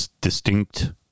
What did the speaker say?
distinct